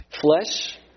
flesh